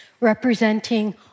representing